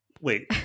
Wait